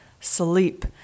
sleep